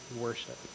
worship